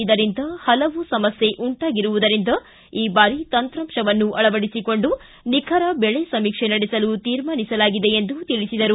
ಇದರಿಂದ ಪಲವು ಸಮಸ್ಥೆ ಉಂಟಾಗಿರುವುದರಿಂದ ಈ ಬಾರಿ ತಂತ್ರಾಂಶವನ್ನು ಅಳವಡಿಸಿಕೊಂಡು ನಿಖರ ಬೆಳೆ ಸಮೀಕ್ಷೆ ನಡೆಸಲು ತೀರ್ಮಾನಿಸಲಾಗಿದೆ ಎಂದು ತಿಳಿಸಿದರು